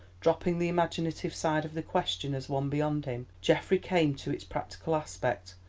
dropping the imaginative side of the question as one beyond him, geoffrey came to its practical aspect,